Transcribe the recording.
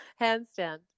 handstand